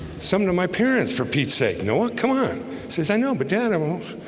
something to my parents for pete's sake no one. come on says i know but animals